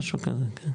משהו כזה, כן.